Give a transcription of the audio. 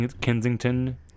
Kensington